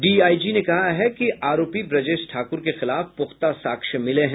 DIG ने कहा है कि आरोपी ब्रजेश ठाकुर के खिलाफ पुख्ता साक्ष्य मिले हैं